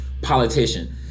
politician